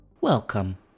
Welcome